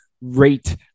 rate